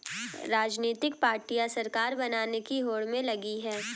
राजनीतिक पार्टियां सरकार बनाने की होड़ में लगी हैं